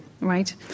Right